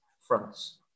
fronts